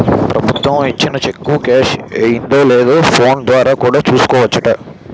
ప్రభుత్వం ఇచ్చిన cheque cash అయిందో లేదో ఫోన్ ద్వారా కూడా చూసుకోవచ్చట